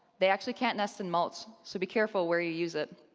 they actually can't nest in mulch, so be careful where you use it.